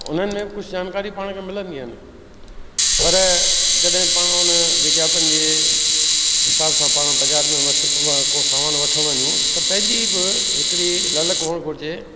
उन्हनि में कुझु जानकारी पाण खे मिलंदियूं आहिनि पर जॾहिं पाण उन विज्ञापन जे हिसाब सां पाण बाज़ारि में वठु को सामान वठणु वञू त पंहिंजी बि हिकिड़ी ललक हुअणु घुरिजे